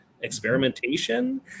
experimentation